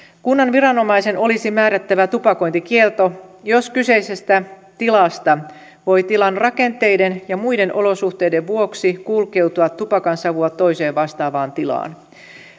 kunnan viranomaisen olisi määrättävä tupakointikielto jos kyseisestä tilasta voi tilan rakenteiden ja muiden olosuhteiden vuoksi kulkeutua tupakansavua toiseen vastaavaan tilaan